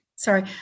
Sorry